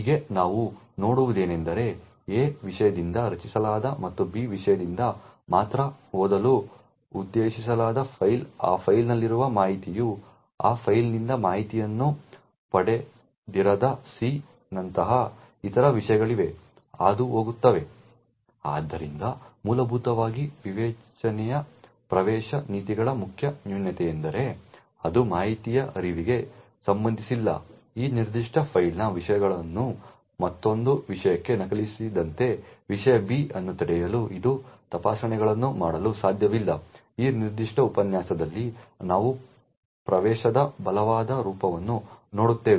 ಹೀಗೆ ನಾವು ನೋಡುವುದೇನೆಂದರೆ ಎ ವಿಷಯದಿಂದ ರಚಿಸಲಾದ ಮತ್ತು ಬಿ ವಿಷಯದಿಂದ ಮಾತ್ರ ಓದಲು ಉದ್ದೇಶಿಸಲಾದ ಫೈಲ್ ಆ ಫೈಲ್ನಲ್ಲಿರುವ ಮಾಹಿತಿಯು ಆ ಫೈಲ್ನಿಂದ ಮಾಹಿತಿಯನ್ನು ಪಡೆದಿರದ ಸಿ ನಂತಹ ಇತರ ವಿಷಯಗಳಿಗೆ ಹಾದುಹೋಗುತ್ತದೆ ಆದ್ದರಿಂದ ಮೂಲಭೂತವಾಗಿ ವಿವೇಚನೆಯ ಪ್ರವೇಶ ನೀತಿಗಳ ಮುಖ್ಯ ನ್ಯೂನತೆಯೆಂದರೆ ಅದು ಮಾಹಿತಿಯ ಹರಿವಿಗೆ ಸಂಬಂಧಿಸಿಲ್ಲ ಈ ನಿರ್ದಿಷ್ಟ ಫೈಲ್ನ ವಿಷಯಗಳನ್ನು ಮತ್ತೊಂದು ವಿಷಯಕ್ಕೆ ನಕಲಿಸದಂತೆ ವಿಷಯ B ಅನ್ನು ತಡೆಯಲು ಇದು ತಪಾಸಣೆಗಳನ್ನು ಮಾಡಲು ಸಾಧ್ಯವಿಲ್ಲ ಈ ನಿರ್ದಿಷ್ಟ ಉಪನ್ಯಾಸದಲ್ಲಿ ನಾವು ಪ್ರವೇಶದ ಬಲವಾದ ರೂಪವನ್ನು ನೋಡುತ್ತೇವೆ